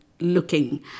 looking